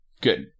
Good